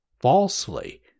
falsely